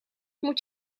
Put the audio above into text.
moet